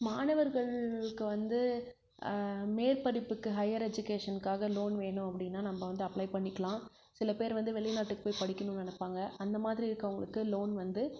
மாணவர்களுக்கு வந்து மேற்படிப்புக்கு ஹையர் எஜிகேஷனுக்காக லோன் வேணும் அப்படின்னா நம்ம வந்து அப்ளை பண்ணிக்லாம் சில பேர் வந்து வெளி நாட்டுக்குப் போய் படிக்கணுன்னு நினப்பாங்க அந்த மாதிரி இருக்கறவங்களுக்கு லோன் வந்து